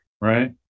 right